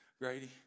Grady